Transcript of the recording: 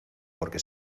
porque